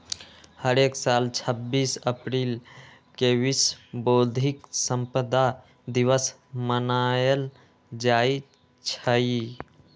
हरेक साल छब्बीस अप्रिल के विश्व बौधिक संपदा दिवस मनाएल जाई छई